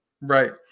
Right